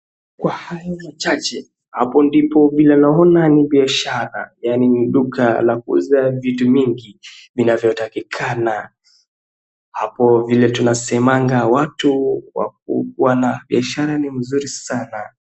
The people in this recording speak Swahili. Kwa hayo machache, hapo ndipo vile naona ni biashara, yaani ni duka la kuuza vitu mingi, vinavyotakikana. Hapo vile tunasemanga, watu wana biashara ni mzuri sana.